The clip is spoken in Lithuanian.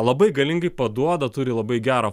labai galingai paduoda turi labai gerą